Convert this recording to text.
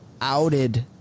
outed